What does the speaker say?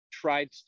tried